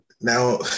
now